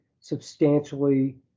substantially